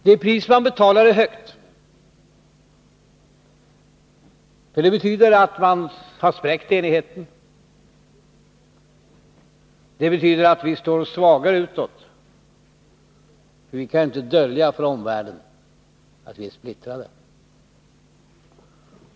Det pris ni betalar är högt, för det betyder att ni har spräckt enigheten. Det betyder att vi står svagare utåt, för vi kan ju inte dölja för omvärlden att vi är splittrade.